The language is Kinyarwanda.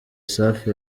safi